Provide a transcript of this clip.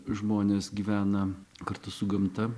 žmonės gyvena kartu su gamta